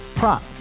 Prop